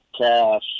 cash